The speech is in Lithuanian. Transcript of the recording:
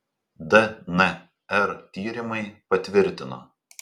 dnr tyrimai patvirtino